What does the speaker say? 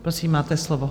Prosím, máte slovo.